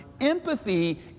empathy